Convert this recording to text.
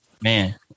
Man